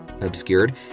obscured